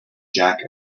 jack